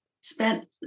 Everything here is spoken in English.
spent